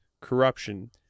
corruption